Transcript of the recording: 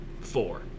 four